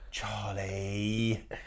Charlie